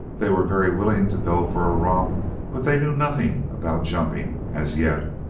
they were very willing to go for a romp but they knew nothing about jumping, as yet,